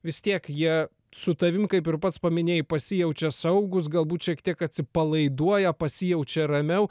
vis tiek jie su tavim kaip ir pats paminėjai pasijaučia saugūs galbūt šiek tiek atsipalaiduoja pasijaučia ramiau